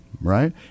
right